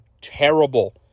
terrible